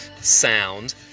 sound